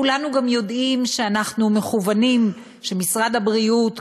כולנו גם יודעים שאנחנו מכוונים, שמשרד הבריאות,